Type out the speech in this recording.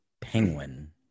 penguin